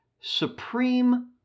supreme